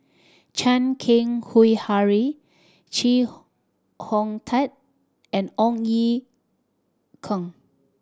Chan Keng Howe Harry Chee Hong Tat and Ong Ye Kung